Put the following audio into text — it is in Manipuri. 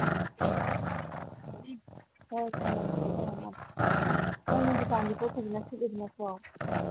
ꯍꯣꯏ ꯊꯃꯝꯃꯒꯦ ꯊꯃꯝꯃꯒꯦ ꯅꯪꯒꯤ ꯗꯨꯀꯥꯟꯗꯤ ꯄꯣꯠ ꯐꯖꯅ ꯁꯤꯠꯂꯤꯗꯅꯀꯣ